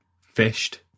fished